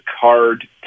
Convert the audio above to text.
card